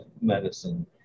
medicine